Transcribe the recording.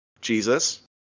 Jesus